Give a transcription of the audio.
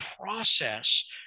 process